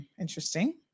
Interesting